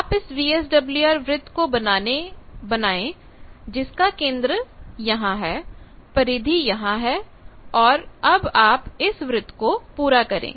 आप इस VSWR वृत्त को बनाएं जिसका केंद्र यहां है परिधि यहां है और अब आप इस वृत्त को पूरा करें